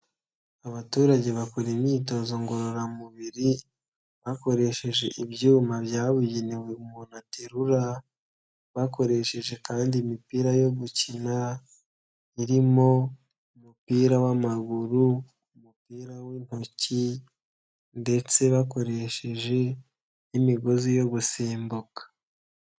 Abaturage bakora imyitozo ngororamubiri bakoresheje ibyuma byabugenewe umuntu aterura, bakoresheje kandi imipira yo gukina irimo umupira w'amaguru, umupira w'intoki ndetse bakoresheje n'imigozi yo gusimbuka.